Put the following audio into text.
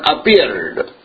appeared